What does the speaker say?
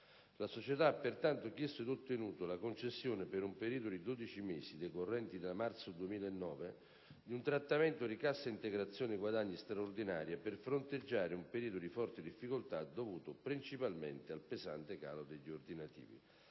La società ha, pertanto, chiesto ed ottenuto la concessione, per un periodo di 12 mesi decorrenti da marzo 2009, di un trattamento di cassa integrazione guadagni straordinaria, per fronteggiare un periodo di forti difficoltà dovuto principalmente al pesante calo degli ordinativi.